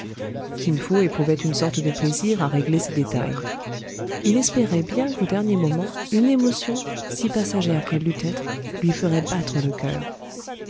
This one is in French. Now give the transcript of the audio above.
kin fo éprouvait une sorte de plaisir à régler ces détails il espérait bien qu'au dernier moment une émotion si passagère qu'elle dût être lui ferait battre le coeur